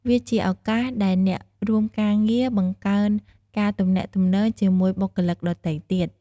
វាជាឱកាសដែលអ្នករួមការងារបង្កើនការទំនាក់ទំនងជាមួយបុគ្គលិកដទៃទៀត។